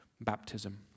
baptism